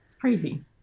crazy